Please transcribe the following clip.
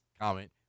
comment